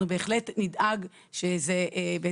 אנחנו בהחלט נדאג שזה יצא לפועל,